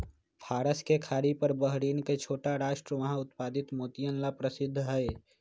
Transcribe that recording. फारस के खाड़ी पर बहरीन के छोटा राष्ट्र वहां उत्पादित मोतियन ला प्रसिद्ध हई